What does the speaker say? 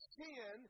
sin